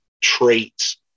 traits